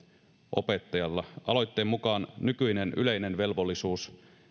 opettajalla aloitteen mukaan nykyinen yleinen velvollisuus